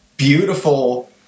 beautiful